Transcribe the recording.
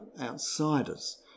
outsiders